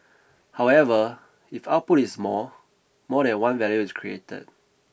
however if output is more more than one value is created